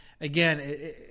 again